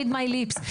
read my lips,